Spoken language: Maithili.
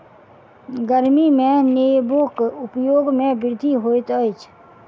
गर्मी में नेबोक उपयोग में वृद्धि होइत अछि